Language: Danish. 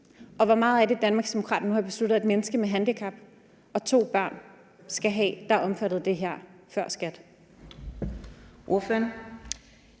Hvor meget er det, Danmarksdemokraterne nu har besluttet at mennesker med handicap og to børn, der er omfattet af det, skal have